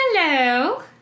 Hello